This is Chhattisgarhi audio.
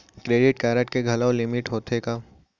क्रेडिट कारड के घलव लिमिट होथे का?